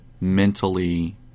mentally